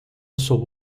sob